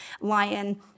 lion